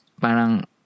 parang